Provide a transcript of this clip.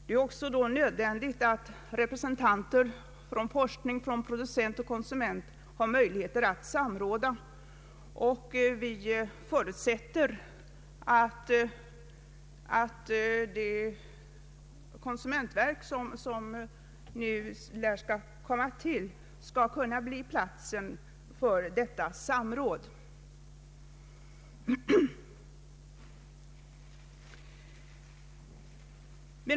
Det är nödvändigt att representanter för forskning, för producenter och för konsumenter har möjlighet att samråda, och jag förutsätter att det konsumentverk som nu lär skola komma till skall kunna bli platsen för detta samråd.